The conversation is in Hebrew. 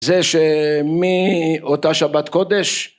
זה שמאותה שבת קודש